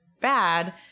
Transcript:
bad